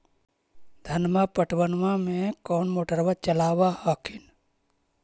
धनमा पटबनमा ले कौन मोटरबा चलाबा हखिन?